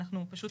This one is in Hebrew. אנחנו פשוט